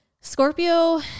Scorpio